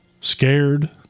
scared